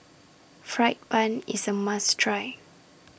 Fried Bun IS A must Try